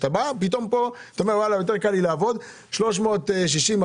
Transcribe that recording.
כאן אתה בא ואומר שיותר קל לך לעבוד על 360 אחוזים